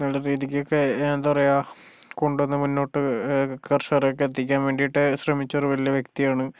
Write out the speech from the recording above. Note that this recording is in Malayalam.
നല്ല രീതിക്കൊക്കെ എന്താ പറയുക കൊണ്ടുവന്ന് മുന്നോട്ട് കർഷകർക്ക് എത്തിക്കാൻ വേണ്ടിയിട്ട് ശ്രമിച്ചൊരു വലിയ വ്യക്തിയാണ്